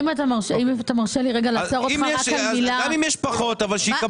אם יש פחות, אבל שיקבלו.